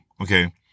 okay